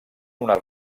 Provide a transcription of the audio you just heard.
unes